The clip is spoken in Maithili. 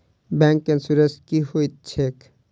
बैंक इन्सुरेंस की होइत छैक?